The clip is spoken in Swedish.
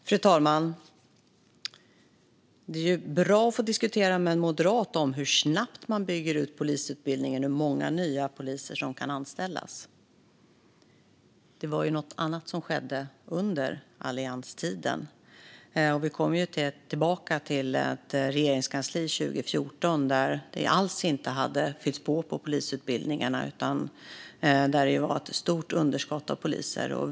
Fru talman! Det är bra att få diskutera med en moderat om hur snabbt man bygger ut polisutbildningen och hur många nya poliser som kan anställas. Det var ju något annat som skedde under allianstiden. Vi kommer tillbaka till hur det var i Regeringskansliet 2014. På polisutbildningarna hade det inte alls fyllts på, utan det var ett stort underskott av poliser.